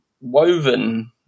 woven